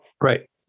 Right